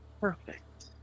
perfect